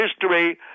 history